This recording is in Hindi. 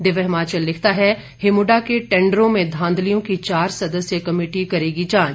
दिव्य हिमाचल लिखता है हिमुडा के टेंडरों में धांधलियों की चार सदस्यीय कमेटी करेगी जांच